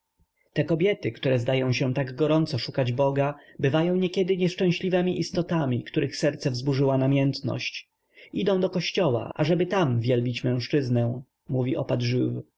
te kobiety które zdają się tak gorąco szukać boga bywają niekiedy nieszczęśliwemi istotami których serce wzburzyła namiętność idą do kościoła ażeby tam wielbić mężczyznę